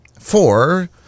four